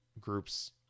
groups